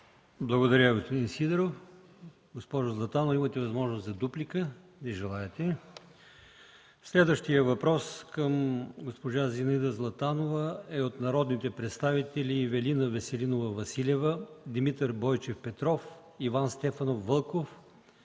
Благодаря Ви, господин Сидеров. Госпожо Златанова, имате възможност за дуплика. Не желаете. Следващият въпрос към госпожа Зинаида Златанова е от народните представители Ивелина Веселинова Василева, Димитър Бойчев Петров, Иван Стефанов Вълков,